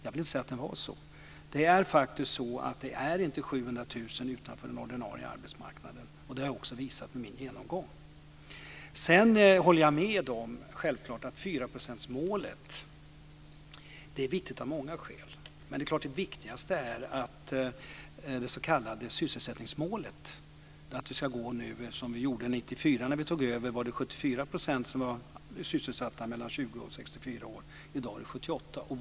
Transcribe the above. Jag vill inte säga att den var det. Det är inte 700 000 människor som står utanför den ordinarie arbetsmarknaden. Det har jag också visat med min genomgång. Målet om 4 % är viktigt av många skäl. Men det viktigaste är det s.k. sysselsättningsmålet. När vi tog över 1994 var det 74 % mellan 20 och 64 år som var sysselsatta. I dag är siffran 78 %.